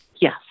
Yes